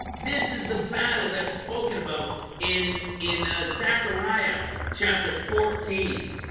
this is the battle that's spoken about in in zechariah chapter fourteen